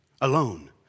alone